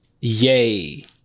yay